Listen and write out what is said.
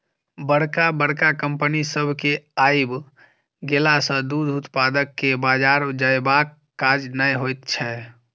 बड़का बड़का कम्पनी सभ के आइब गेला सॅ दूध उत्पादक के बाजार जयबाक काज नै होइत छै